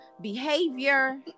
behavior